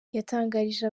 yatangarije